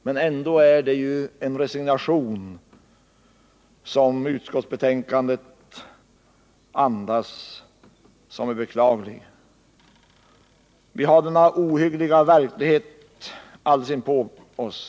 Men ändå andas utskottsbetänkandet en resignation som är beklaglig. Vi har denna ohyggliga verklighet alldeles inpå oss.